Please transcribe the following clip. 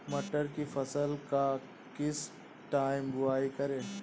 मटर की फसल का किस टाइम बुवाई करें?